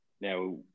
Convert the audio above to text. now